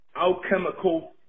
alchemical